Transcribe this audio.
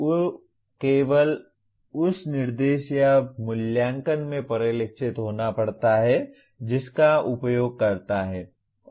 उसे केवल उस निर्देश या मूल्यांकन में परिलक्षित होना पड़ता है जिसका वह उपयोग करता है